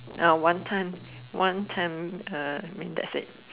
uh one time one time um I mean that's it